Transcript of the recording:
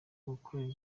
gukorera